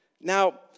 Now